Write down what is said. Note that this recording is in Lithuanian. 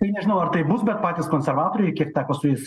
tai nežinau ar tai bus bet patys konservatoriai kiek teko su jais